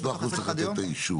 הגורם המוסמך הוא צריך לתת את האישור.